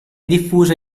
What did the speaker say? diffusa